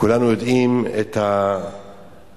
כולנו יודעים את הרמאות